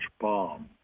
bomb